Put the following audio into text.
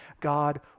God